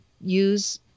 use